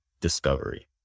discovery